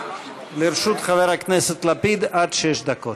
לרשות חבר הכנסת לפיד עד שש דקות.